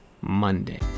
Monday